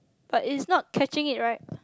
but it's not catching it right